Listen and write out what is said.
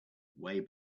way